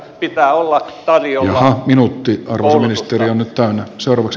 pitää olla tarjolla koulutusta